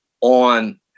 on